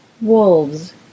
wolves